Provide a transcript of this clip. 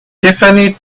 tiffany